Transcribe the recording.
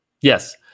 Yes